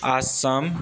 Assam